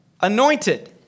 Anointed